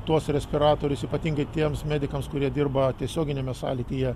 tuos respiratorius ypatingai tiems medikams kurie dirba tiesioginiame sąlytyje